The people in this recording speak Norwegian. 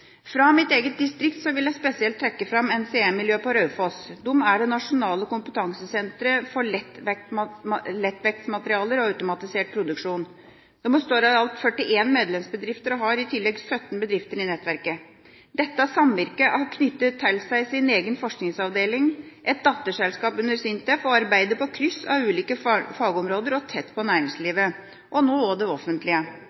Fra mitt eget distrikt vil jeg spesielt trekke fram NCE-miljøet på Raufoss. De er det nasjonale kompetansesenteret for lettvektsmaterialer og automatisert produksjon. De består av i alt 41 medlemsbedrifter og har i tillegg 17 bedrifter i nettverket. Dette samvirket har knyttet til seg sin egen forskningsavdeling, et datterselskap under SINTEF og arbeider på kryss av ulike fagområder og tett på